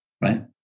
right